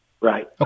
Right